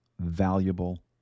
valuable